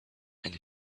and